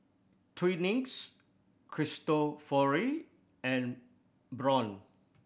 Twinings Cristofori and Braun